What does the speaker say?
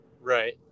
Right